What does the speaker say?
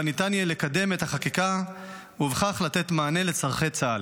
ניתן יהיה לקדם את החקיקה ובכך לתת מענה לצורכי צה"ל.